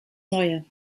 neue